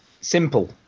simple